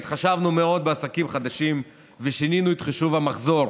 התחשבנו מאוד בעסקים חדשים ושינינו את חישוב המחזור